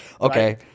Okay